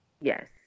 Yes